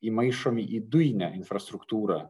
įmaišomi į dujinę infrastruktūrą